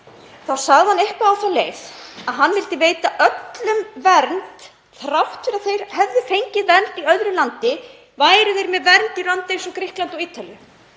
þá sagði hann eitthvað á þá leið að hann vildi veita öllum vernd þrátt fyrir að þeir hefðu fengið vernd í öðru landi, væru þeir með vernd í landi eins og Grikklandi og Ítalíu.